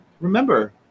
remember